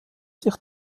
sich